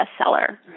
bestseller